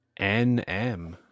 NM